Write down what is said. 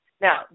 Now